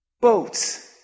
boats